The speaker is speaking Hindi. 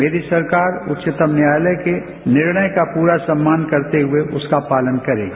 मेरी सरकार उच्चतम न्यायालय के निर्णय का पूरा सम्मान करते हुए उसका पालन करेगी